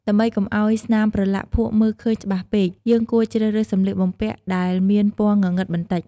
ដើម្បីកុំឲ្យស្នាមប្រឡាក់ភក់មើលឃើញច្បាស់ពេក យើងគួរជ្រើសរើសសម្លៀកបំពាក់ដែលមានពណ៌ងងឹតបន្តិច។